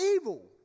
evil